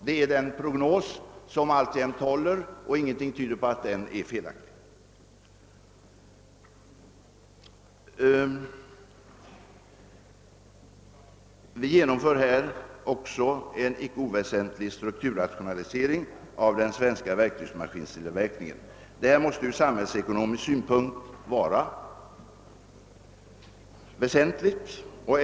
Det är en prognos som alltjämt håller, och ingenting tyder på att den är felaktig. Vi genomför här också en icke oväsentlig strukturrationalisering av den svenska verktygsmaskintillverkningen, som ur samhällsekonomisk synpunkt måste vara av stor betydelse.